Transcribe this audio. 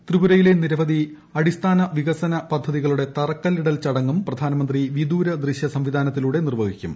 ത്രിപുരയിലെ നിരവധി അടിസ്ഥാന വികസന പദ്ധതികളുടെ തറക്കല്ലിടൽ ചടങ്ങും പ്രധാനമന്ത്രി വിദൂര ദൃശ്യസംവിധാനത്തിലൂടെ നിർവ്വഹിക്കും